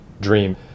Dream